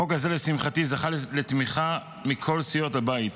החוק הזה, לשמחתי, זכה לתמיכה מכל סיעות הבית.